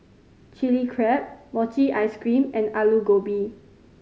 Chilli Crab mochi ice cream and Aloo Gobi